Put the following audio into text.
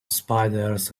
spiders